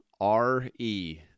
R-E